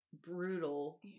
brutal